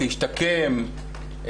להשתקם,